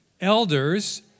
elders